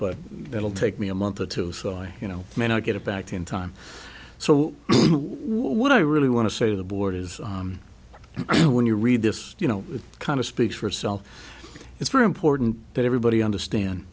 it'll take me a month or two so i you know may not get it back in time so what i really want to say to the board is you know when you read this you know it kind of speaks for itself it's very important that everybody understand